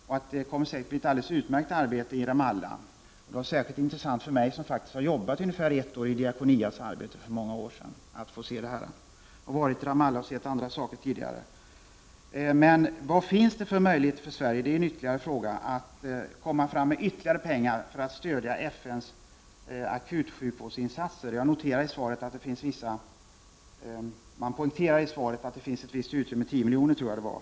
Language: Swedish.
Det kommer säkert att bli ett alldeles utmärkt arbete som utförs. Det var särskilt intressant för mig att få se detta, eftersom jag har arbetat ungefär ett år inom Diakonia för många år sedan. Jag har varit i Ramallah och sett andra saker tidigare. Vilka möjligheter finns för Sverige att komma fram med ytterligare pengar för att stödja FN:s akutsjukvårdsinsatser? Det poängteras i svaret att det finns ett visst utrymme, 10 miljoner tror jag att det var.